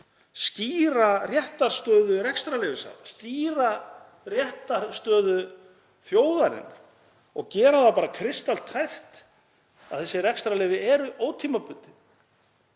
skýra réttarstöðu rekstrarleyfishafa, skýra réttarstöðu þjóðarinnar og gera það bara kristaltært að þessi rekstrarleyfi eru ótímabundin